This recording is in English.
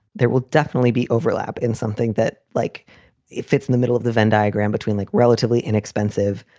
there will definitely be overlap in something that like it fits in the middle of the venn diagram between like relatively inexpensive,